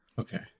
okay